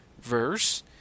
verse